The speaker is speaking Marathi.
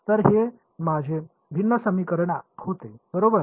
तर हे माझे भिन्न समीकरण होते बरोबर